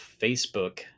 Facebook